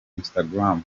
instagram